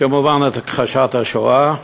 וכמובן את הכחשת השואה.